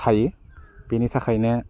थायो बेनि थाखायनो